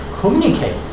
communicate